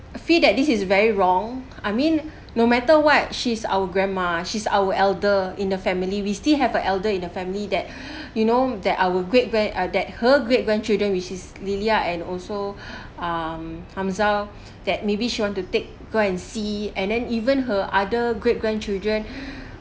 feel that this is very wrong I mean no matter what she's our grandma she's our elder in the family we still have a elder in the family that you know that our great grand uh that her great grandchildren which is lilia and also um Hamzah that maybe she want to take go and see and then even her other great grandchildren